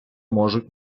можуть